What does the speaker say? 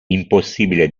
impossibile